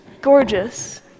gorgeous